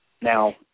Now